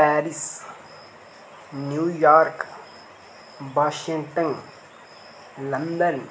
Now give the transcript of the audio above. Paris New York Washington London